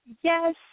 yes